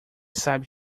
sabe